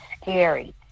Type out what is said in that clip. scary